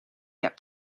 get